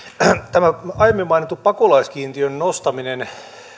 tämä aiemmin mainittu pakolaiskiintiön nostaminen